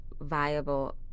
viable